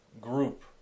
group